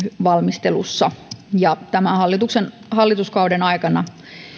valmistelussa ja tämän hallituskauden aikana